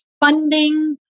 funding